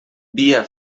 via